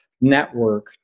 network